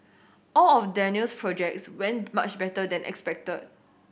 all of Daniel's projects went much better than expected